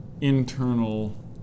internal